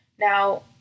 Now